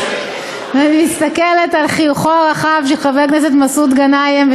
ואני מסתכלת על חיוכו הרחב של חבר הכנסת מסעוד גנאים,